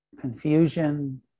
confusion